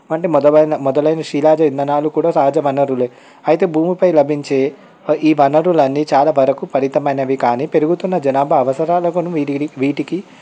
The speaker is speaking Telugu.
ఇలాంటి మొదలైన శిలాజ ఇంధనాలు కూడా సహజ వనరులే అయితే భూమిపై లభించి ఈ వనరులన్నీ చాలావరకు ఫలితమైనవి కానీ పెరుగుతున్న జనాభా అవసరాలకు వీటికి